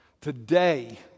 today